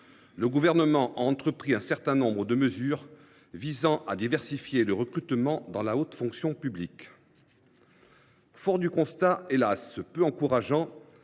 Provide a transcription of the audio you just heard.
le Gouvernement a pris un certain nombre de mesures visant à diversifier le recrutement dans la haute fonction publique. Fort du constat hélas ! peu encourageant